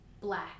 Black